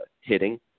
hitting